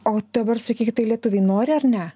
o dabar sakykit tai lietuviai nori ar ne